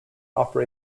offer